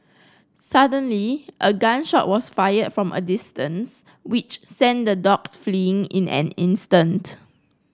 suddenly a gun shot was fired from a distance which sent the dogs fleeing in an instant